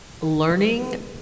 learning